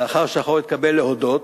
לאחר שהחוק יתקבל כדי להודות,